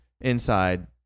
inside